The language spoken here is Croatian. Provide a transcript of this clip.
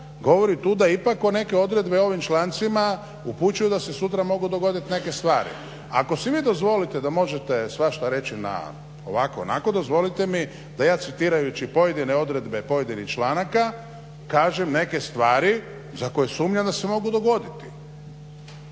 govori tu da ipak neke odredbe o ovim člancima upućuju da se sutra mogu dogodit neke stvari. Ako si vi dozvolite da možete svašta reći na ovako, onako dozvolite mi da ja citirajući pojedine odredbe pojedinih članaka kažem neke stvari za koje sumnjam da se mogu dogoditi